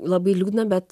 labai liūdna bet